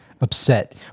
upset